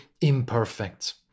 imperfect